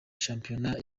shampiyona